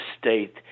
state